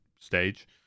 stage